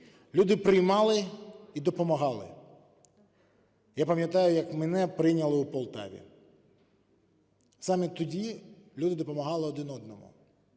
Люди приймали і допомагали. Я пам'ятаю, як мене прийняли в Полтаві. Саме тоді люди допомагали один одному,